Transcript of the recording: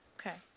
okay.